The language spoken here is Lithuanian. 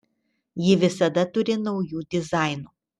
ji visada turi naujų dizainų